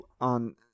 on